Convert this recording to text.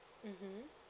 mmhmm